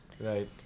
right